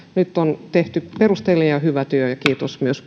nyt on tehty perusteellinen ja hyvä työ ja kiitos myös